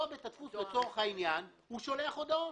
אותו בית דפוס לצורך העניין שולח הודעות.